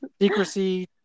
Secrecy